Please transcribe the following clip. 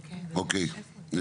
אוקיי.